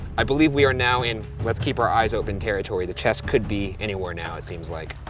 i believe we are now in, let's keep our eyes open territory. the chest could be anywhere now it seems like.